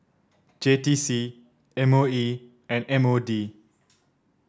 J T C M O E and M O D